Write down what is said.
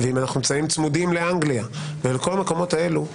ואם אנחנו נמצאים צמודים לאנגליה ולכל המקומות האלו,